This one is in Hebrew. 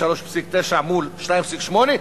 3.9% מול 2.8%,